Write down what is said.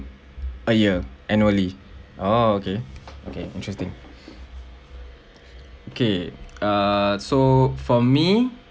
a year annually oh okay okay interesting okay err so for me